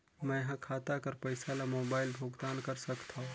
मैं ह खाता कर पईसा ला मोबाइल भुगतान कर सकथव?